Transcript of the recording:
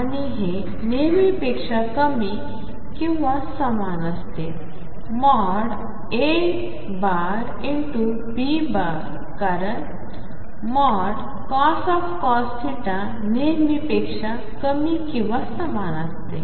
आणि हे नेहमीपेक्षा कमी किंवा समान असते। A ।B कारण ।cos θ । नेहमी 1 पेक्षा कमी किंवा समान असते